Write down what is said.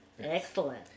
Excellent